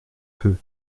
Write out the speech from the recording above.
peu